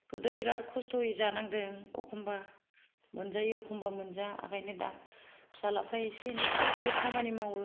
गोदो बिराट खस्थ'यै जानांदों अखम्बा मोनजायो अखम्बा मोनजाया आखायनो दा फिसालाफोरा एसे एनै फिसा फिसौ खामानि मावो